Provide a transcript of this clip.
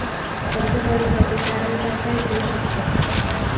कर्ज काढूसाठी तारण काय काय ठेवू शकतव?